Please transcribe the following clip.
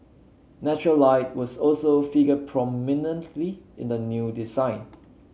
natural light was also figure prominently in the new design